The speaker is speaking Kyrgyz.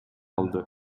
алды